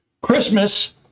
Christmas